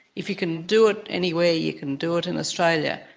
if you can do it anywhere, you can do it in australia,